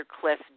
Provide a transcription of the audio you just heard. Cliff